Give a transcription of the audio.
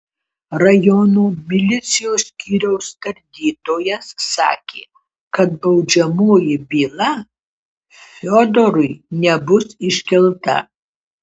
rajono milicijos skyriaus tardytojas sakė kad baudžiamoji byla fiodorui nebus iškelta